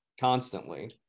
constantly